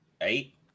Eight